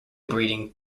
breeding